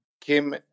Kim